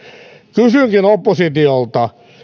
kysynkin oppositiolta